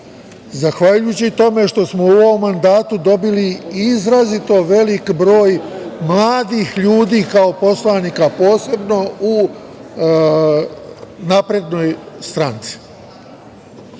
Zahvaljujući tome što smo u ovom mandatu dobili izrazito veliki broj mladih ljudi kao poslanika, posebno u SNS.Hteo bih